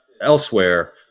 elsewhere